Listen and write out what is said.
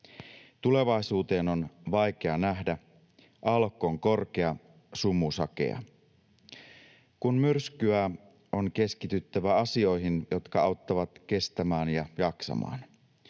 Tulevaisuuteen on vaikea nähdä, aallokko on korkea, sumu sakea. Kun myrskyää, on keskityttävä asioihin, jotka auttavat kestämään ja jaksamaan.